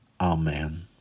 Amen